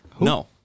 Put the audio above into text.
No